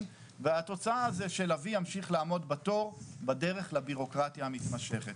והתוצאה זה שלביא ימשיך לעמוד בתור בדרך לבירוקרטיה המתמשכת.